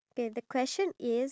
okay